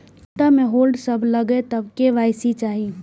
खाता में होल्ड सब लगे तब के.वाई.सी चाहि?